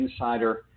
Insider